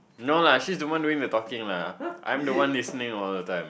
no lah she is the one doing the talking lah I am the one listening all the time